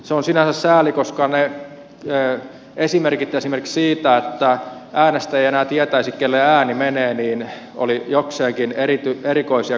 se on sinänsä sääli koska ne esimerkit esimerkiksi siitä että äänestäjä ei enää tietäisi kenelle ääni menee olivat jokseenkin erikoisia